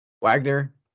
Wagner